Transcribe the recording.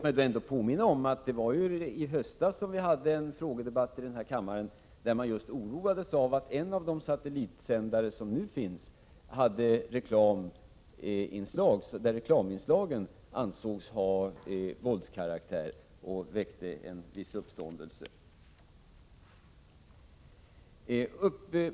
Men låt mig påminna om att vi i höstas hade en frågedebatt här i kammaren där man just oroades av att en av de satellitsändare som nu finns hade reklaminslag som ansågs ha våldskaraktär och som väckte viss uppståndelse.